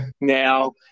now